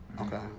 Okay